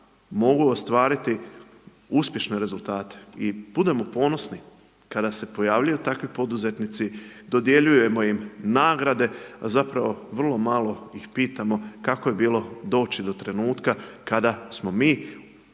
mogu ostvariti uspješne rezultate i budimo ponosni kada se pojavljuju takvi poduzetnici, dodjeljujemo im nagrade, a zapravo vrlo malo ih pitamo, kako je bilo doći do trenutka, kada smo mi